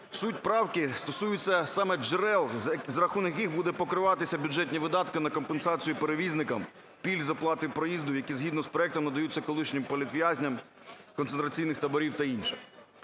Суть правки стосується саме джерел, за рахунок яких будуть покриватися бюджетні видатки на компенсацію перевізникам пільг з оплати проїзду, які згідно з проектом надаються колишнім політв'язням концентраційних таборів та інше.